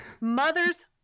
mother's